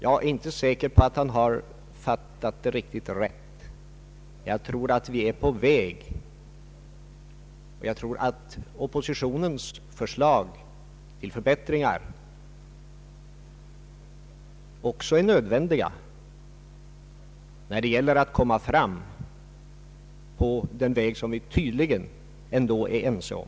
Jag är inte säker på att han har fattat riktigt rätt. Jag tror att vi är på väg, och jag tror att oppositionens förslag till förbättringar är nödvändiga när det gäller att snabbare komma fram på den väg vi tydligen ändå är ense om.